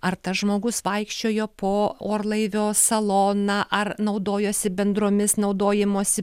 ar tas žmogus vaikščiojo po orlaivio saloną ar naudojosi bendromis naudojimosi